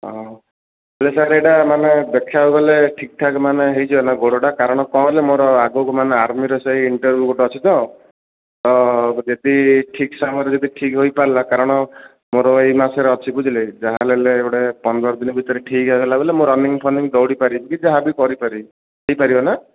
ହଁ ହେଲେ ସାର୍ ଏଇଟା ମାନେ ଦେଖିବାକୁ ଗଲେ ଠିକ୍ ଠାକ୍ ମାନେ ହେଇଯିବ ନା ଗୋଡ଼ଟା କାରଣ କ'ଣ ହେଲେ ମୋର ଆଗକୁ ମାନେ ଆର୍ମିରେ ସେହି ଇଣ୍ଟରଭ୍ୟୁ ଗୋଟେ ଅଛି ତ ମୁଁ ଯିବି ଠିକ୍ ସମୟରେ ଯଦି ଠିକ୍ ହୋଇପାରିଲା କାରଣ ମୋର ଏଇ ମାସରେ ଅଛି ବୁଝିଲେ ଯାହାହେଲେ ଗୋଟେ ପନ୍ଦର ଦିନ ଭିତରେ ଠିକ୍ ହେଇଗଲା ବଲେ ମୁଁ ରନିଙ୍ଗ୍ ଫନିଙ୍ଗ୍ ଦୌଡ଼ି ପାରିବି କି ଯାହାବି କରିପାରିବି ହେଇପାରିବ ନା